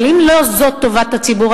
אבל אם לא זאת טובת הציבור,